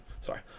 sorry